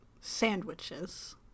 sandwiches